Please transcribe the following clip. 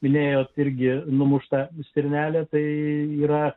minėjote irgi numušta stirnelė tai yra